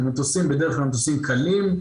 למטוסים שהם בדרך-כלל מטוסים קלים,